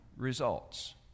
results